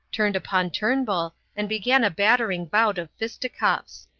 turned upon turnbull and began a battering bout of fisticuffs.